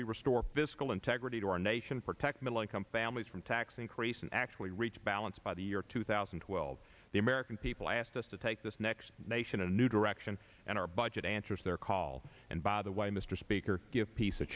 we restore fiscal integrity to our nation protect middle income families from tax increase and actually reach balance by the year two thousand and twelve the american people asked us to take this next nation a new direction and our budget answers their call and by the way mr speaker give peace